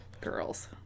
girls